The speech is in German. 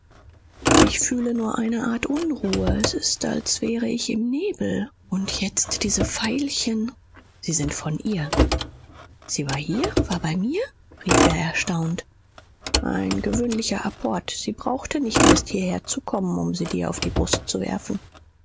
ich fühle nur eine art unruhe es ist als wäre ich im nebel und jetzt diese veilchen sie sind von ihr sie war hier war bei mir rief er erstaunt ein gewöhnlicher apport sie brauchte nicht erst hierherzukommen um sie dir auf die brust zu werfen